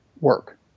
work